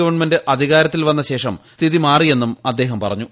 government അധികാരത്തിൽ വന്ന ശേഷം സ്ഥിതി മാറിയെന്നും അദ്ദേഹം പറഞ്ഞു